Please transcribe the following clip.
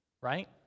right